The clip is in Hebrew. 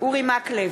אורי מקלב,